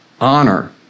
honor